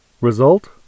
Result